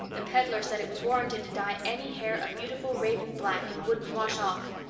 the peddler said it was warranted to dye any hair a beautiful raven black and wouldn't wash off.